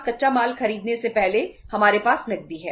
कच्चा माल खरीदने से पहले हमारे पास नकदी है